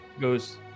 goes